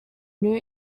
new